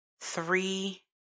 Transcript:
three